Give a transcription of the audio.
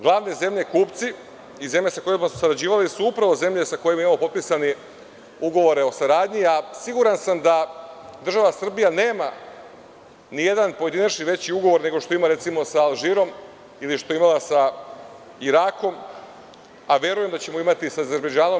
Glavne zemlje kupci i zemlje sa kojima smo sarađivali su upravo zemlje sa kojima imamo potpisane ugovore o saradnji, a siguran sam da država Srbija nema nijedan pojedinačni veći ugovor nego što ima, recimo, sa Alžirom ili sa Irakom, a verujem da ćemo imati sa Azerbejdžanom.